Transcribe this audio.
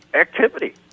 activity